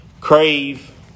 crave